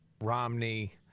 Romney